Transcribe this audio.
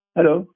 Hello